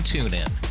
TuneIn